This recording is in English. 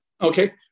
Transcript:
Okay